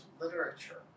literature